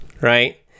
right